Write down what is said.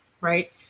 Right